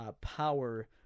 Power